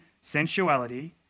sensuality